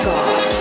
God